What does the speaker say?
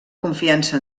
confiança